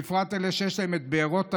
בפרט אלה שיש להן את בארות הנפט,